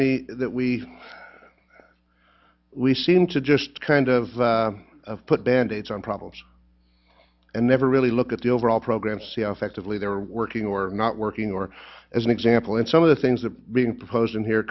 me that we we seem to just kind of put band aids on problems and never really look at the overall program see how effectively they're working or not working or as an example in some of the things that are being proposed in here